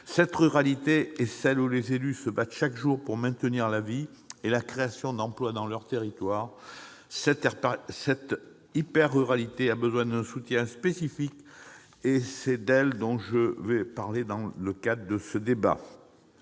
Cette ruralité, c'est celle où les élus se battent chaque jour pour maintenir la vie et la création d'emplois dans leurs territoires. Cette hyper-ruralité a besoin d'un soutien spécifique, et c'est donc d'elle que je vous parlerai dans le cadre de ce débat.